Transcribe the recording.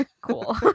Cool